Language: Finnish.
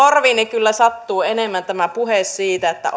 korviini kyllä sattuu tämä puhe siitä että